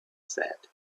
said